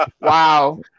wow